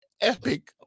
epic